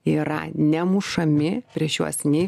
yra nemušami prieš juos nei